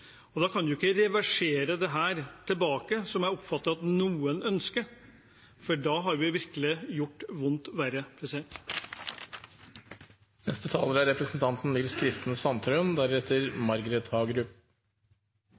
og da kan man ikke reversere dette, som jeg oppfatter at noen ønsker, for da har vi virkelig gjort vondt verre. Her tror jeg vi må komme oss ned på jorda igjen. Det er